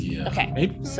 Okay